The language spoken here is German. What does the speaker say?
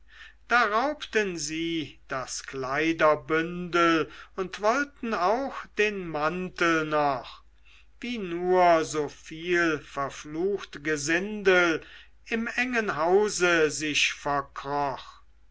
da raubten sie das kleiderbündel und wollten auch den mantel noch wie nur so viel verflucht gesindel im engen hause sich verkroch